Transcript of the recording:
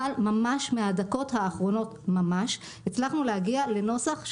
אבל ממש מהדקות האחרונות הצלחנו להגיע לנוסח,